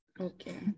Okay